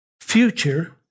future